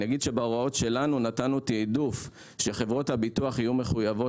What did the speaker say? בהוראות שלנו נתנו תיעדוף כך שחברות הביטוח יהיו מחויבות